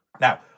Now